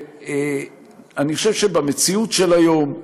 אני חושב שבמציאות של היום,